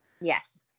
Yes